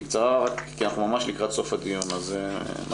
בקצרה, כי אנחנו ממש לקראת סוף הדיון, אז בנקודות.